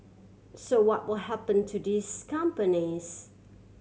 so what will happen to these companies